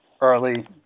early